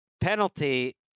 penalty